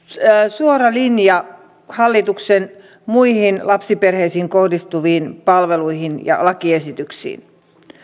suora linja hallituksen muihin lapsiperheisiin kohdistuviin palveluihin ja lakiesityksiin